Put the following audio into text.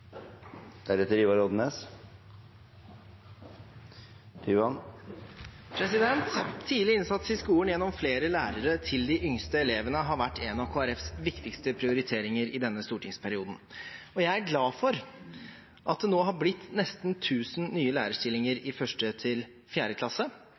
Tyvand – til oppfølgingsspørsmål. Tidlig innsats i skolen ved å ha flere lærere til de yngste elevene har vært en av Kristelig Folkepartis viktigste prioriteringer i denne stortingsperioden, og jeg er glad for at det nå er blitt nesten 1 000 nye lærerstillinger